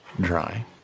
dry